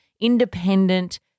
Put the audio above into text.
independent